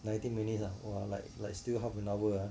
nineteen minutes ah like like still half an hour ah